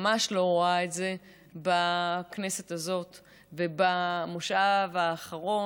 ממש לא רואה את זה בכנסת הזאת ובמושב האחרון